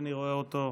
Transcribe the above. אינני רואה אותו.